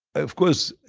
of course,